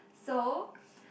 so